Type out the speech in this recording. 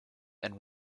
and